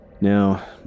Now